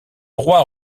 roi